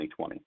2020